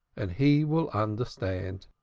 and he will understand.